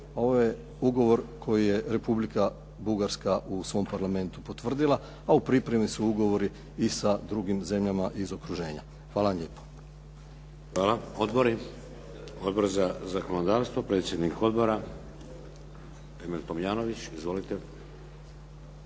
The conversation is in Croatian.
Ovo je ugovor koji je Republika Bugarska u svom Parlamentu potvrdila, a u pripremi su ugovori i sa drugim zemljama iz okruženja. Hvala vam lijepa. **Šeks, Vladimir (HDZ)** Hvala. Odbori? Odbor za zakonodavstvo, predsjednik odbora Emil Tomljanović. Izvolite.